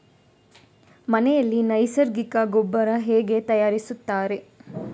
ಮನೆಯಲ್ಲಿ ನೈಸರ್ಗಿಕ ಗೊಬ್ಬರ ಹೇಗೆ ತಯಾರಿಸುತ್ತಾರೆ?